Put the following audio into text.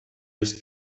ist